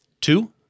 Two